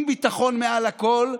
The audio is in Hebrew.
אם ביטחון מעל הכול,